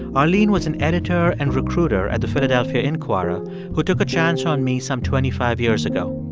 arlene was an editor and recruiter at the philadelphia inquirer who took a chance on me some twenty five years ago.